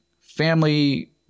family